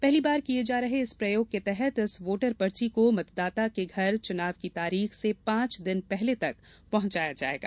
पहली बार किए जा रहे इस प्रयोग के तहत इस वोटर पर्ची को मतदाता के घर चुनाव की तारीख से पांच दिन पहले तक पहुंचाया जाएगा